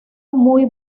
muy